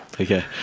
okay